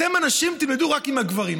אתן הנשים תלמדו רק עם הגברים,